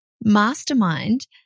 mastermind